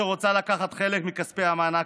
שרוצה לקחת חלק מכספי המענק,